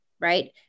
right